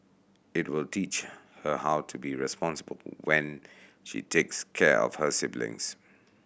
it will teach her how to be responsible when she takes care of her siblings